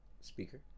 speaker